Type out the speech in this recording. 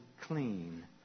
clean